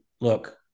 look